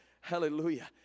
Hallelujah